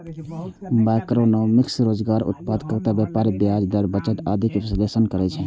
macroeconomics रोजगार, उत्पादकता, व्यापार, ब्याज दर, बजट आदिक विश्लेषण करै छै